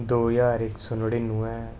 दो ज्हार इक सौ नड़िनुऐ